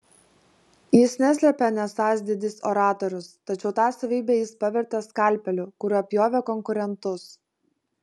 jis neslėpė nesąs didis oratorius tačiau tą savybę jis pavertė skalpeliu kuriuo pjovė konkurentus